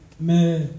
Mais